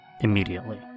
immediately